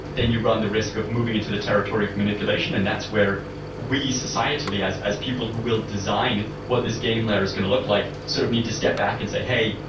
then you run the risk of moving into the territory of manipulation and that's where we societally as as people who will design what this game layer is going to look like, sort of need to step back and say, hey,